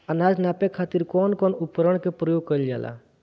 अनाज नापे खातीर कउन कउन उपकरण के प्रयोग कइल जाला?